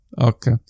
Okay